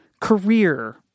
career